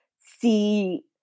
see